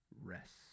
rest